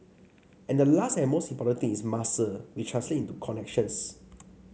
and the last and most important thing is muscle which translate into connections